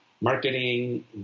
marketing